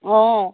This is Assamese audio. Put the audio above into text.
অঁ